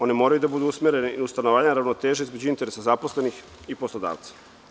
One moraju da budu usmerene i na uspostavljanje ravnoteže između interesa zaposlenih i poslodavca.